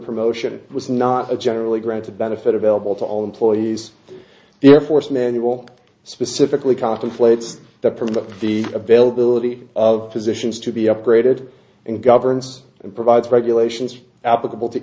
promotion was not generally granted benefit available to all employees the air force manual specifically contemplates that promote the availability of positions to be upgraded and governs and provides regulations applicable to